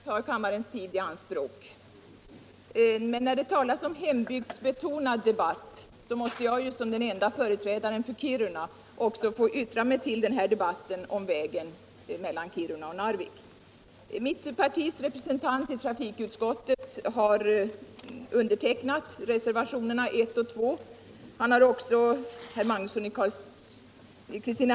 Herr talman! Även jag ber om ursäkt för att jag tar kammarens tid i anspråk, men när det talas om hembygdsbetonad debatt måste ju jag som den enda företrädaren för Kiruna få yttra mig i anledning av debatten om vägen mellan Kiruna och Narvik. Mitt partis representant i trafikutskottet — herr Magnusson i Kristinehamn -— har undertecknat reservationerna 1 och 2.